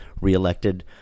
reelected